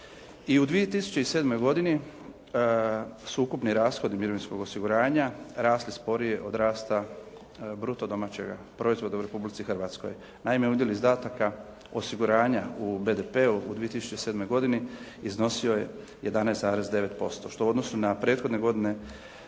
I u 2007. godini su ukupni rashodi mirovinskog osiguranja rasli sporije od rasta bruto domaćega proizvoda u Republici Hrvatskoj. Naime, udjeli izdataka, osiguranja u BDP-u u 2007. godini iznosio je 11,9%, što u odnosu na prethodne godine